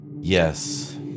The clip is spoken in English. Yes